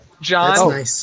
John